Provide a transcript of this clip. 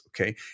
Okay